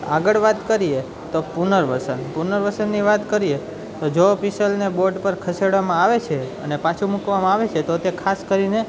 આગળ વાત કરીએ તો પુનર્વસન પુનર્વસનની વાત કરીએ તો જો ઑફિસલને બોર્ડ પર ખસેડવામાં આવે છે અને પાછું મૂકવામાં આવે છે તો તે ખાસ કરીને